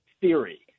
theory